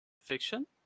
fiction